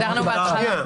הגדרנו בהתחלה.